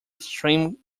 stream